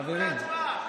חברים.